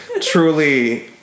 truly